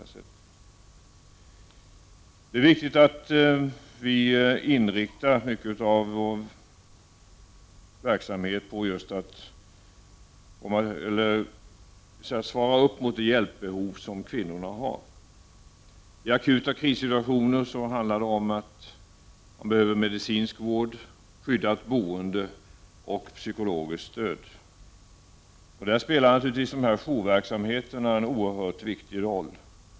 Det är viktigt att vi inriktar mycket av vår verksamhet på just att svara upp mot det hjälpbehov som kvinnorna har. I akuta krissituationer handlar det om medicinsk vård, skyddat boende och psykologiskt stöd. Där spelar naturligtvis jourverksamheterna en oerhört viktig roll.